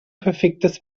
perfektes